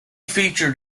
featured